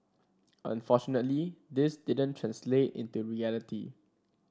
unfortunately this didn't translate into reality